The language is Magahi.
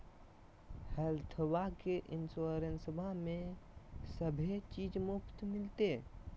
हेल्थबा के इंसोरेंसबा में सभे चीज मुफ्त मिलते?